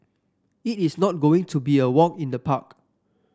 it is not going to be a walk in the park